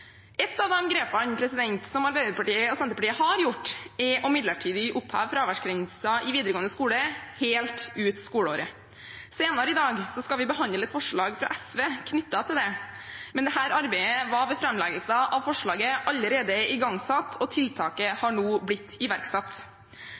Ett av grepene som Arbeiderpartiet og Senterpartiet har tatt, er å midlertidig oppheve fraværsgrensen i videregående skole helt ut skoleåret. Senere i dag skal vi behandle et forslag fra SV knyttet til det, men dette arbeidet var ved framleggelse av forslaget allerede igangsatt, og tiltaket